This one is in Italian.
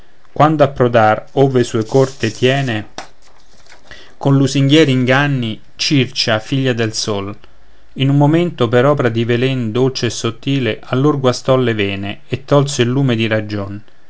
quando approdr ove sua corte tiene con lusinghieri inganni circe figlia del sol in un momento per opra di velen dolce e sottile a lor guastò le vene e tolse il lume di ragion